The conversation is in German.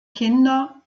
kinder